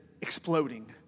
exploding